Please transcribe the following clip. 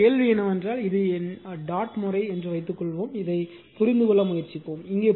இப்போது கேள்வி என்னவென்றால் இது என் டாட் முறையை வைத்துக்கொள்வோம் இதைப் புரிந்துகொள்ள முயற்சிப்போம்